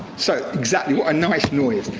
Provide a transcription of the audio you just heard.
so exactly, what a nice noise.